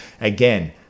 Again